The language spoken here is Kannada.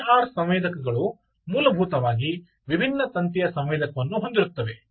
ಪಿ ಐ ಆರ್ ಸಂವೇದಕಗಳು ಮೂಲಭೂತವಾಗಿ ವಿಭಿನ್ನ ತಂತಿಯ ಸಂವೇದಕವನ್ನು ಹೊಂದಿರುತ್ತದೆ